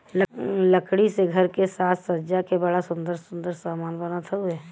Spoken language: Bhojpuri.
लकड़ी से घर के साज सज्जा के बड़ा सुंदर सुंदर समान बनत हउवे